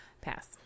Pass